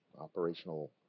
operational